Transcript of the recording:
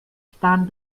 stand